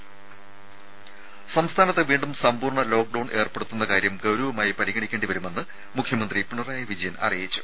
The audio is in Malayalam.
രുമ സംസ്ഥാനത്ത് വീണ്ടും സമ്പൂർണ്ണ ലോക്ഡൌൺ ഏർപ്പെടുത്തുന്ന കാര്യം ഗൌരവമായി പരിഗണിക്കേണ്ടി വരുമെന്ന് മുഖ്യമന്ത്രി പിണറായി വിജയൻ അറിയിച്ചു